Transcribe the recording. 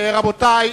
רבותי,